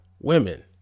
women